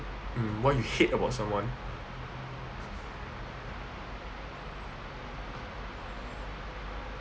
mm what you hate about someone